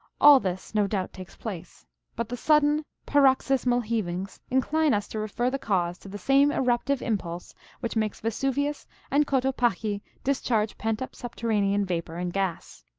all this no doubt takes place but the sudden, paroxysmal heavings incline us to refer the cause to the same eruptive impulse which makes vesuvius and cotopaxi discharge pent-up subterranean vapor and gas.